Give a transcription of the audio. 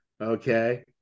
Okay